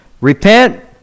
repent